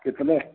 कितने